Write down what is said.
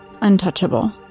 untouchable